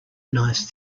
nice